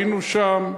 היינו שם,